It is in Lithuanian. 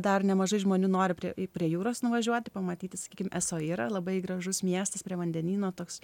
dar nemažai žmonių nori prie jūros nuvažiuoti pamatyti sakykim esoyrą labai gražus miestas prie vandenyno toks